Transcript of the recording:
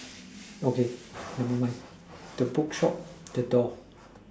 okay never mind the book shop the door